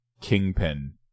kingpin